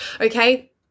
okay